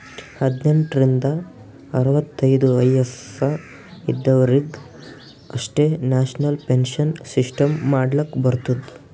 ಹದ್ನೆಂಟ್ ರಿಂದ ಅರವತ್ತೈದು ವಯಸ್ಸ ಇದವರಿಗ್ ಅಷ್ಟೇ ನ್ಯಾಷನಲ್ ಪೆನ್ಶನ್ ಸಿಸ್ಟಮ್ ಮಾಡ್ಲಾಕ್ ಬರ್ತುದ